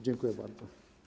Dziękuję bardzo.